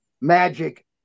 magic